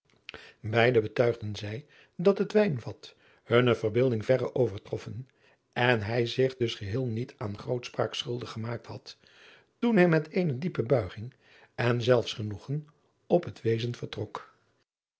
eide betuigden zij dat het ijnvat hunne verbeelding verre overtroffen en hij zich dus geheel niet aan grootspraak schuldig gemaakt had toen hij met eene diepe buiging en zelfsgenoegen op het wezen vertrok